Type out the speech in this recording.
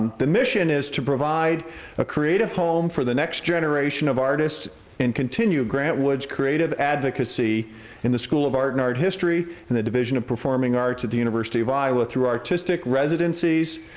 the mission is to provide a creative home for the next generation of artists and continue grant wood's creative advocacy in the school of art and art history in the division of performing arts at the university of iowa through artistic residencies,